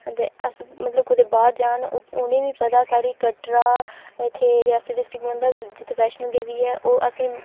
ते अस मतलब कुदै बाहर जान इ'नेंगी बी पता साढ़ी कटरा इत्थें रियासी डिस्ट्रिक्ट पौंदा जित्तें माता वैष्णो देवी ऐ ओह् असेंगी